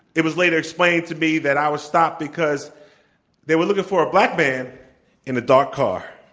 it was later explained to me that i was stopped because they were looking for a black man in a dark car.